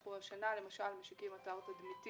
אנחנו השנה למשל משיקים אתר תדמיתי